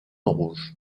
rouge